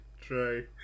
True